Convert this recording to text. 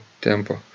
tempo